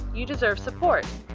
you deserve support.